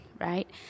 Right